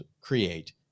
create